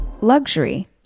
Luxury